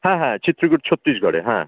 হ্যাঁ হ্যাঁ চিত্রকূট ছত্রিশগড়ে হ্যাঁ